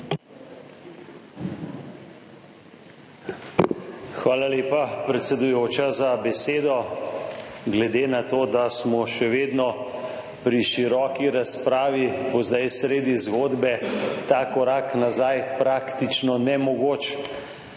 Hvala lepa, predsedujoča za besedo. Glede na to, da smo še vedno pri široki razpravi, bo zdaj sredi zgodbe ta korak nazaj praktično nemogoč.